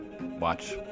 watch